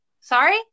Sorry